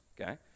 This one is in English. okay